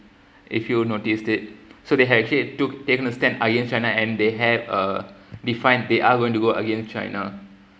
if you noticed it so they had actually took taken a stand against china and they have uh defined they are going to go against china